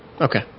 Okay